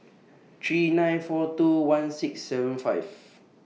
three nine four two one six seven five